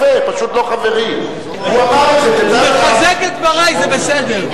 הוא חיזק את דברי, זה בסדר.